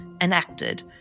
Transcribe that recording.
enacted